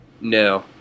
No